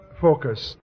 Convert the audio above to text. focus